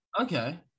Okay